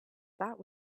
that